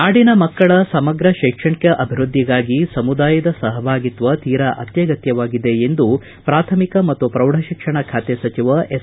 ನಾಡಿನ ಮಕ್ಕಳ ಸಮಗ್ರ ಶೈಕ್ಷಣಿಕ ಅಭಿವೃದ್ಧಿಗಾಗಿ ಸಮುದಾಯದ ಸಪಭಾಗಿತ್ವ ತೀರಾ ಅತ್ಯಗತ್ಯವಾಗಿದೆ ಎಂದು ಪ್ರಾಥಮಿಕ ಮತ್ತು ಪ್ರೌಢಶಿಕ್ಷಣ ಖಾತೆ ಸಚಿವ ಎಸ್